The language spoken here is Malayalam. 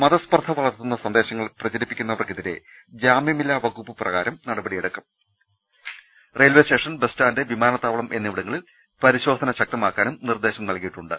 മതസ്പർധ വളർത്തുന്ന സന്ദേശങ്ങൾ പ്രചരിപ്പിക്കുന്നവർക്കെതിരെ ജാമ്യമില്ലാ വകുപ്പ് പ്രകാരം നടപടിയെടുക്കും റെയിൽവെ സ്റ്റേഷൻ ബസ്സ്റ്റാന്റ് വിമാനത്താ വളം എന്നിവിടങ്ങളിൽ പരിശോധന ശക്തമാക്കാനും നിർദ്ദേശം നൽകിയി ട്ടുണ്ട്